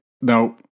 no